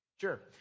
Sure